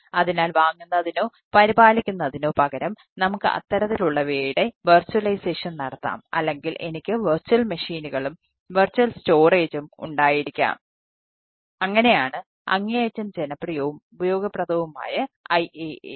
അതിനാൽ അങ്ങനെയാണ് അങ്ങേയറ്റം ജനപ്രിയവും ഉപയോഗപ്രദവുമായ IaaS